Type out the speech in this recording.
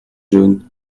jaunes